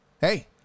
hey